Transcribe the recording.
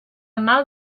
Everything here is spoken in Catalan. mal